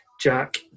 Jack